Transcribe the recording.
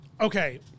Okay